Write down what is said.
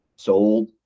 sold